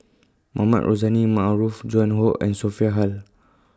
Mohamed Rozani Maarof Joan Hon and Sophia Hull